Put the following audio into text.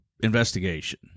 investigation